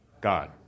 God